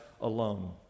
alone